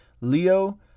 Leo